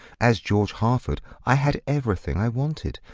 as george harford i had everything i wanted.